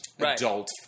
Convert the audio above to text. adult